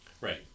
Right